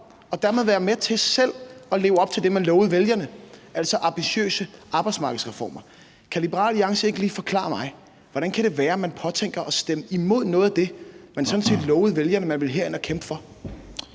og dermed selv være med til at leve op til det, man lovede vælgerne, altså ambitiøse arbejdsmarkedsreformer. Kan Liberal Alliances ordfører ikke lige forklare mig, hvordan det kan være, man påtænker at stemme imod noget af det, man sådan set lovede vælgerne man ville kæmpe for